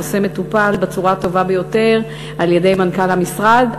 הנושא מטופל בצורה הטובה ביותר על-ידי מנכ"ל המשרד.